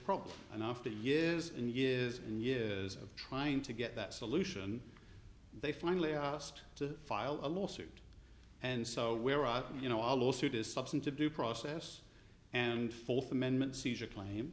problem and after years and years and years of trying to get that solution they finally asked to file a lawsuit and so where are you know our lawsuit is substantive due process and fourth amendment seizure claim